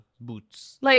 boots